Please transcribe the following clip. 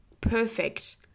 Perfect